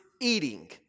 eating